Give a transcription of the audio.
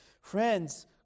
Friends